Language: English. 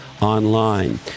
Online